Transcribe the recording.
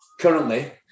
currently